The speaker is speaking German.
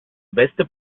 beste